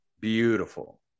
beautiful